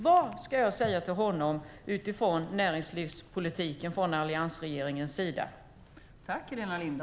Vad ska jag säga till honom utifrån alliansregeringens näringslivspolitik?